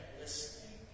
listening